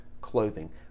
clothing